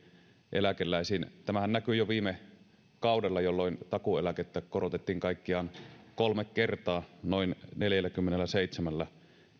eläkeläisiin tämähän näkyi jo viime kaudella jolloin takuueläkettä korotettiin kaikkiaan kolme kertaa noin neljälläkymmenelläseitsemällä